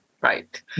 Right